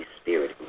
Spirit